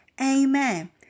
Amen